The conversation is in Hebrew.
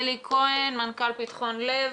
מנכ"ל "פתחון לב".